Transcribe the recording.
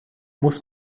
muss